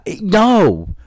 no